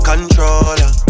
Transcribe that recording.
Controller